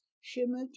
shimmered